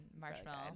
marshmallow